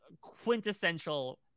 quintessential